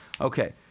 Okay